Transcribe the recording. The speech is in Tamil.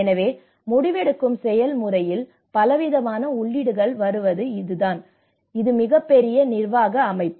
எனவே முடிவெடுக்கும் செயல்முறையில் பலவிதமான உள்ளீடுகள் வருவது இதுதான் இது மிகப் பெரிய நிர்வாக அமைப்பு